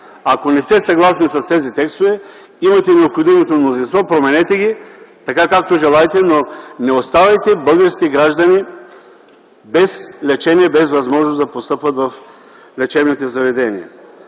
Ако не сте съгласни с тези текстове, имате необходимото мнозинство, променете ги както желаете, но не оставяйте българските граждани без лечение, без възможност да постъпват в лечебните заведения.